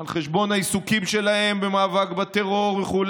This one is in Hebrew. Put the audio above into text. על חשבון העיסוקים שלהם במאבק בטרור וכו'